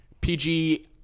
PG